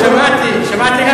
שמעתי, שמעתי.